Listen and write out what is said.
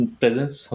presence